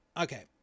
Okay